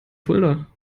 fulda